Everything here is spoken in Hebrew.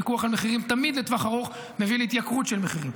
פיקוח על מחירים תמיד לטווח ארוך מביא להתייקרות של מחירים.